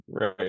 right